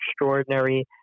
extraordinary